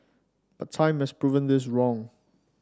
but time has proven this wrong